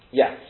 yes